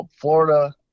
Florida